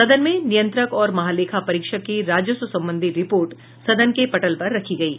सदन में नियंत्रक और महालेखा परीक्षक की राजस्व संबंधी रिपोर्ट सदन के पटल पर रखी गयी